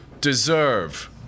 deserve